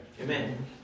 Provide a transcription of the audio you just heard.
Amen